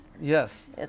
Yes